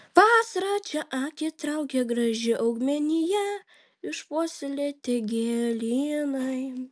vasarą čia akį traukia graži augmenija išpuoselėti gėlynai